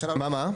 מה, מה?